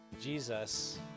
Jesus